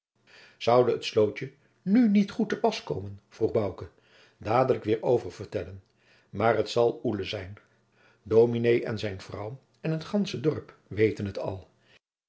het slootje nu niet goed te pas komen vroeg bouke dadelijk weêr oververtellen maar t zal oele zijn dominé en zijn vrouw en t gandsche dorp weten het al